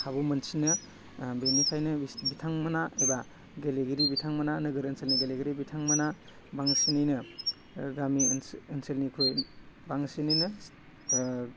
खाबु मोनसिनो ओह बेनिखायनो बिथांमोना एबा गेलेगिरि बिथांमोना नोगोर ओनसोलनि गेलेगिरि बिथांमोना बांसिनैनो गामि ओनसो ओनसोलनिख्रुइ बांसिनैनो